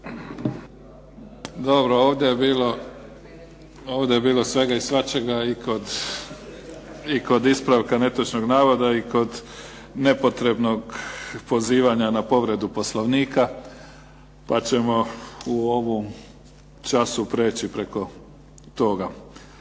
Dobro, ovdje je bilo svega i svačega i kod ispravka netočnog navoda i kod nepotrebnog pozivanja na povredu Poslovnika, pa ćemo u ovom času preći preko toga.